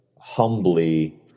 humbly